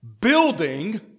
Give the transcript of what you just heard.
Building